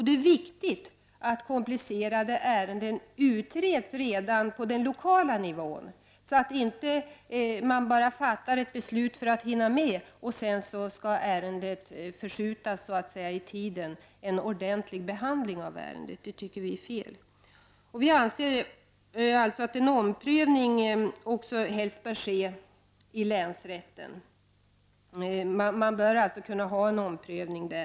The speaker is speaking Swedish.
Det är viktigt att komplicerade ärenden utreds redan på den lokala nivån, så att det inte fattas ett beslut enbart av tidsmässiga skäl, som medför att ärendet förskjuts framåt i tiden. Då blir det inte en ordentlig behandling av ärendet, och det tycker vi är fel. Vi anser också att en omprövning helst bör ske i länsrätten.